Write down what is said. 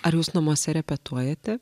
ar jūs namuose repetuojate